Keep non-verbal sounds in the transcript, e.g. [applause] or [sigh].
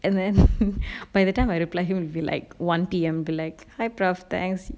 and then [laughs] by the time I reply him won't be like one P_M back hi prof thanks